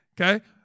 Okay